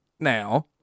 Now